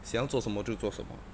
想要做什么就做什么